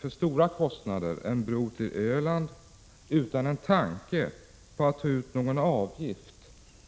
För stora kostnader byggde vi en bro mellan fastlandet och Öland utan att ha en tanke på att ta ut någon avgift